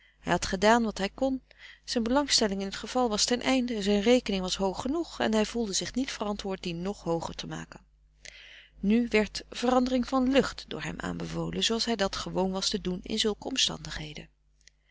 had gedaan wat hij kon zijn belangstelling in t geval was ten einde zijn rekening was hoog genoeg en hij voelde zich niet verantwoord die nog hooger te maken nu werd verandering van lucht door hem aanbevolen zooals hij dat gewoon was te doen in zulke omstandigheden